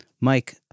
Mike